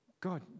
God